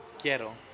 Quiero